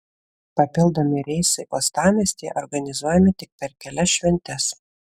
papildomi reisai uostamiestyje organizuojami tik per kelias šventes